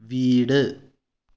വീട്